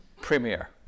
Premier